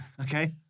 Okay